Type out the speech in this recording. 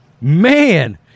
Man